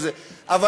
אבל,